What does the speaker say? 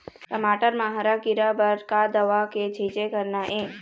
टमाटर म हरा किरा बर का दवा के छींचे करना ये?